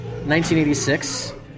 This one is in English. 1986